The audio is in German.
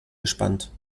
gespannt